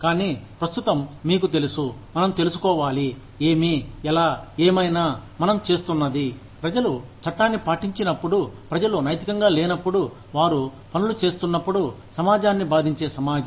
కానీ ప్రస్తుతం మీకు తెలుసు మనం తెలుసుకోవాలి ఏమి ఎలా ఏమైనా మనం చేస్తున్నది ప్రజలు చట్టాన్ని పాటించినప్పుడు ప్రజలు నైతికంగా లేనప్పుడు వారు పనులు చేస్తున్నప్పుడు సమాజాన్ని బాధించే సమాజం